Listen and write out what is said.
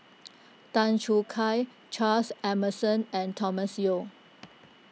Tan Choo Kai Charles Emmerson and Thomas Yeo